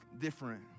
different